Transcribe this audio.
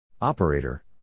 Operator